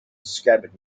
scabbard